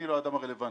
אני לא האדם הרלוונטי.